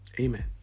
Amen